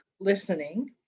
listening